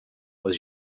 was